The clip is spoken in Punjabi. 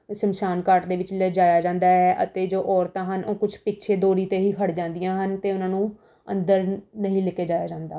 ਸ਼ਮਸ਼ਾਨਘਾਟ ਦੇ ਵਿੱਚ ਲਿਜਾਇਆ ਜਾਂਦਾ ਹੈ ਅਤੇ ਜੋ ਔਰਤਾਂ ਹਨ ਉਹ ਕੁਛ ਪਿੱਛੇ ਦੂਰੀ 'ਤੇ ਹੀ ਖੜ੍ਹ ਜਾਂਦੀਆਂ ਹਨ ਅਤੇ ਉਹਨਾਂ ਨੂੰ ਅੰਦਰ ਨਹੀਂ ਲੈ ਕੇ ਜਾਇਆ ਜਾਂਦਾ